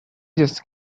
just